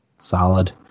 Solid